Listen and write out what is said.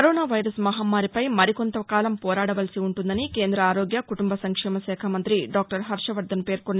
corona virus మహమ్మారిపై మరికొంతకాలం పోరాడవలసి ఉంటుందని కేంద్ర ఆరోగ్య కుటుంబ సంక్షేమ శాఖ మంతి డాక్టర్ హర్షవర్దన్ పేర్కొన్నారు